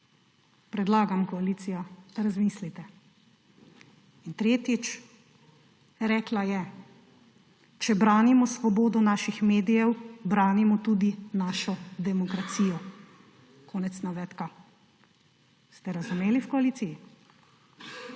Predlagam, koalicija, da razmislite. In tretjič, rekla je: »Če branimo svobodo naših medijev, branimo tudi našo demokracijo.« Konec navedka. Ste razumeli v koaliciji?